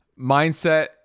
mindset